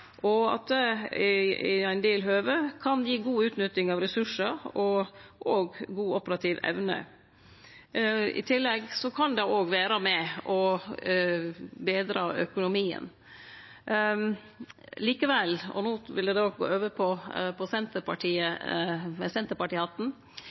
og at det i ein del høve kan gi god utnytting av ressursar og òg god operativ evne. I tillegg kan det vere med på å betre økonomien. Likevel – og no vil eg